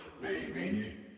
baby